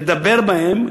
לדבר בהן,